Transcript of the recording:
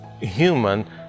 human